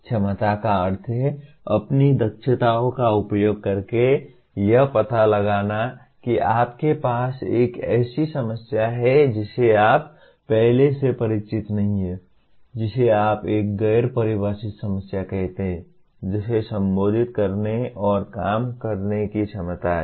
क्षमता का अर्थ है अपनी दक्षताओं का उपयोग करके यह पता लगाना कि आपके पास एक ऐसी समस्या है जिसे आप पहले से परिचित नहीं हैं जिसे आप एक गैर परिभाषित समस्या कहते हैं जिसे संबोधित करने और काम करने की क्षमता है